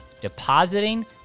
depositing